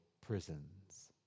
prisons